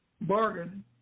bargain